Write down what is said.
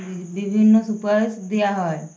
বিভিন্ন সুপারিশ দেওয়া হয়